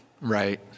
right